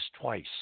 twice